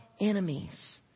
enemies